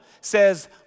says